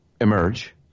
emerge